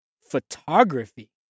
photography